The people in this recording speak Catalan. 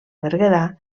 berguedà